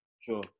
Sure